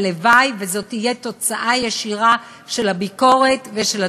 הלוואי שזו תהיה תוצאה ישירה של הביקורת ושל הדוח.